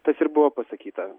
tas ir buvo pasakyta